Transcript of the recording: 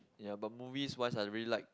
ya but movies wise I really like